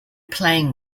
playing